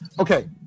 okay